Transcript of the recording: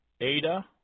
Ada